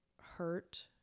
hurt